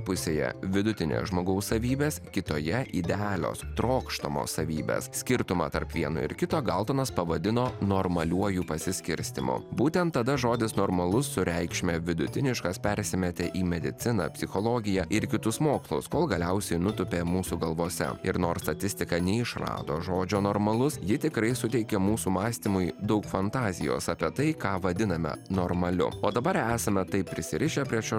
pusėje vidutinės žmogaus savybės kitoje idealios trokštamos savybės skirtumą tarp vieno ir kito galtonas pavadino normaliuoju pasiskirstymu būtent tada žodis normalus su reikšme vidutiniškas persimetė į mediciną psichologiją ir į kitus mokslus kol galiausiai nutūpė mūsų galvose ir nors statistika neišrado žodžio normalus ji tikrai suteikia mūsų mąstymui daug fantazijos apie tai ką vadiname normaliu o dabar esame taip prisirišę prie šio